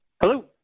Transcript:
Hello